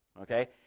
Okay